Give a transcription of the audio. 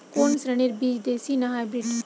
কোন শ্রেণীর বীজ দেশী না হাইব্রিড?